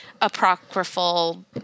apocryphal